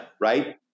Right